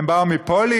הם באו מפולין?